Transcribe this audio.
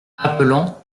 appelant